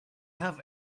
have